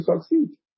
succeed